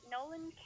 Nolan